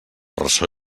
ressò